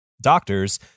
doctors